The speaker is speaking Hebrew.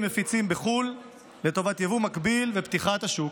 מפיצים בחו"ל לטובת יבוא מקביל ופתיחת השוק.